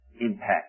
impact